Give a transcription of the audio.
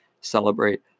celebrate